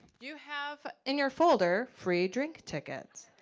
you have in your folder, free drink tickets.